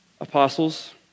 apostles